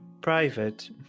private